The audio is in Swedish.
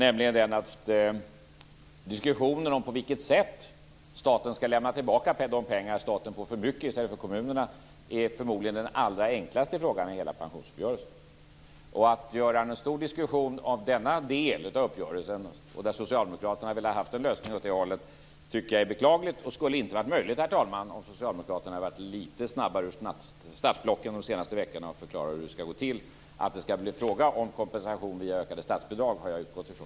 Det gäller diskussionen om på vilket sätt staten skall lämna tillbaka de pengar som staten får för mycket i stället för kommunerna. Det är förmodligen den allra enklaste frågan i hela pensionsuppgörelsen. Att göra en stor diskussion av denna del av uppgörelsen - där Socialdemokraterna har velat ha en lösning åt det hållet - tycker jag är beklagligt. Det skulle inte ha varit möjligt, herr talman, om Socialdemokraterna hade varit litet snabbare ur startblocken de senaste veckorna med att förklara hur det här skall gå till. Att det skall bli fråga om kompensation via ökade statsbidrag har jag utgått ifrån.